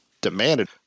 demanded